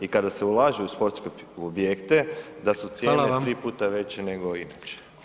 I kada se ulaže u sportske objekte da su cijene 3 puta [[Upadica: Hvala vam.]] veće nego inače.